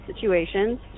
situations